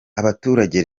abaturage